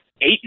eight